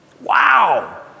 Wow